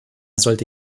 sollte